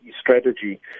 strategy